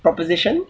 proposition